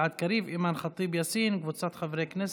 גלעד קריב אימאן ח'טיב יאסין וקבוצת חברי הכנסת,